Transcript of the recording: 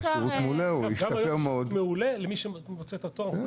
הוא שיפור מעולה למי שמוצא את התור.